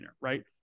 Right